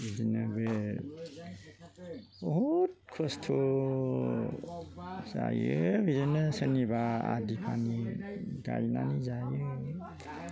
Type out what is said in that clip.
बिदिनो बे बुहुत खस्थ जायो बिदिनो सोरनिबा आदिफानि गायनानै जायो